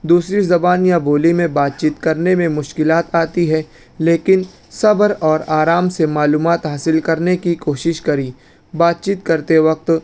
دوسری زبان یا بولی میں بات چیت کرنے میں مشکلات آتی ہے لیکن صبر اور آرام سے معلومات حاصل کرنے کی کوشش کری بات چیت کرتے وقت